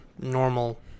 normal